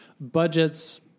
Budgets